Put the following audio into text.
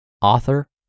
author